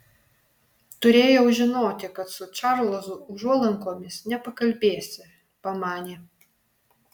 turėjau žinoti kad su čarlzu užuolankomis nepakalbėsi pamanė